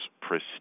prestige